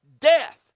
death